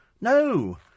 No